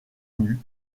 nus